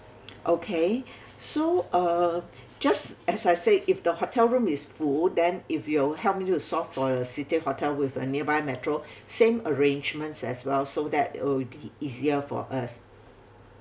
okay so uh just as I said if the hotel room is full then if you help me to source for a city hotel with a nearby metro same arrangements as well so that it'll be easier for us